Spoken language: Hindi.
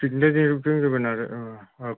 कितने दिन रुकेंगे बनार आप